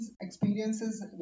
experiences